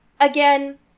Again